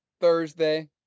Thursday